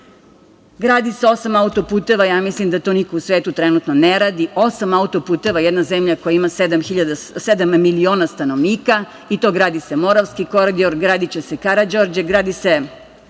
se osam autoputeva. Mislim da to niko u svetu trenutno ne radi. Osam autoputeva jedna zemlja koja ima sedam miliona stanovnika. Gradi se Moravski koridor, gradiće se Karađorđe, gradi se